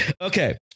Okay